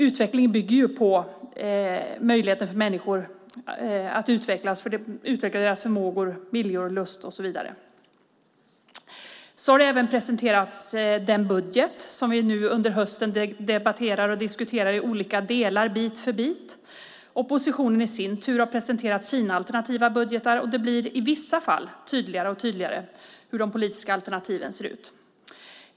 Utvecklingen bygger ju på människors möjlighet att utveckla sina förmågor, viljor, lust och så vidare. Vi har under hösten presenterat den budget som vi nu debatterar bit för bit. Oppositionen har presenterat sina alternativa budgetar. I vissa fall blir det tydligare och tydligare hur de politiska alternativen ser ut.